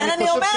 אני אומרת